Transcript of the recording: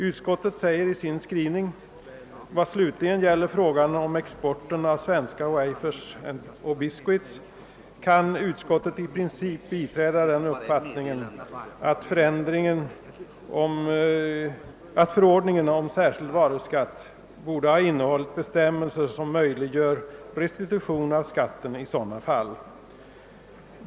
Utskottet säger i sin skrivning: »Vad slutligen gäller frågan om exporten av svenska wafers och biscuits kan utskottet i princip biträda den uppfattningen att förordningen om särskild varuskatt borde ha innehållit bestämmelser som möjliggör restitution av skatten i sådana fall.